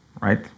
right